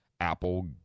Apple